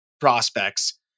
prospects